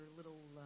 little